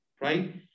right